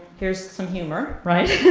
here's some humor, right?